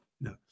No